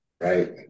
Right